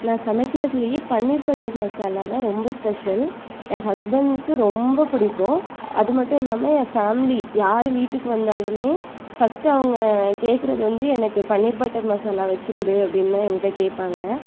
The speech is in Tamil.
நான் சமைக்கிறதுலேயே பன்னீர் பட்டர் மசாலா தான் ரொம்ப ஸ்பெஷல் என் ஹஸ்பண்ட்டுக்கு ரொம்ப பிடிக்கும் அது மட்டும் இல்லாமல் என் பேமிலி யார் வீட்டுக்கு வந்தாலும் ஃபர்ஸ்ட் அவங்க கேக்கிறது வந்து எனக்கு பன்னீர் பட்டர் மசாலா வச்சு கொடு அப்படினு தான் என்கிட்ட கேட்பாங்க